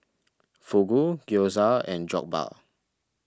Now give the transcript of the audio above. Fugu Gyoza and Jokbal